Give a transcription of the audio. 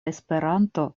esperanto